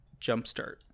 Jumpstart